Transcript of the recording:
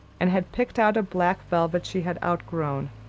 and had picked out a black velvet she had outgrown,